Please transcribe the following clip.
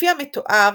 לפי המתואר,